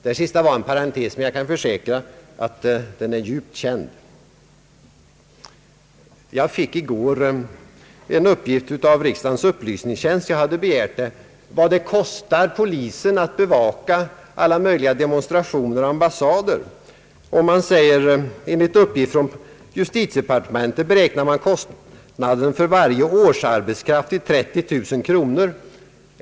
Det sista var en parentes, men jag kan försäkra att den är djupt känd. Jag fick i går en uppgift från riksdagens upplysningstjänst — jag hade begärt den — om vad det kostar polisen att bevaka alla möjliga demonstrationer och ambassader. Enligt uppgift från justitiedepartementet beräknas kostnaden för varje årsarbetskraft till 30 000 kronor.